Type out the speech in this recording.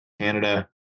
Canada